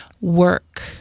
work